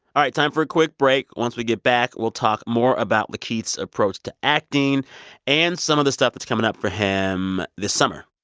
all right, time for a quick break. once we get back, we'll talk more about lakeith's approach to acting and some of the stuff that's coming up for him this summer